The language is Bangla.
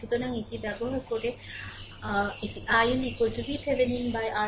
সুতরাং এটি ব্যবহার করে এটি i L VTheveninRThevenin RL